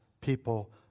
people